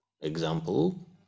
Example